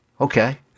Okay